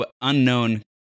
unknown